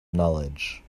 knowledge